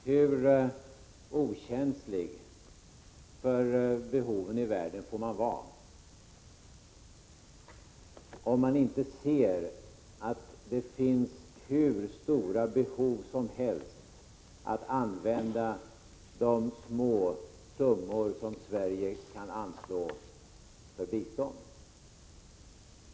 Hur okänslig för behoven i världen får man vara, om man inte ser att det finns hur stora behov som helst att täcka med de småsummor som Sverige kan anslå för bistånd?